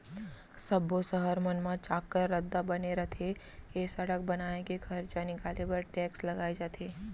सब्बो सहर मन म चाक्कर रद्दा बने रथे ए सड़क बनाए के खरचा निकाले बर टेक्स लगाए जाथे